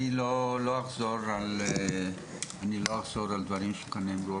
אני לא אחזור על דברים שנאמרו.